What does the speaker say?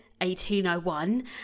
1801